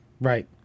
Right